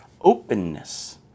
openness